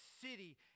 city